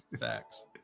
Facts